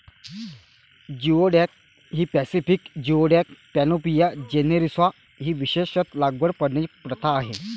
geoduck ही Pacific geoduck, Panopea generosa ही विशेषत लागवड करण्याची प्रथा आहे